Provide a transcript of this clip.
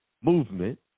movement